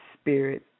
spirit